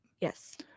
yes